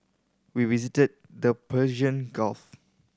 we visited the Persian Gulf